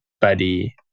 buddy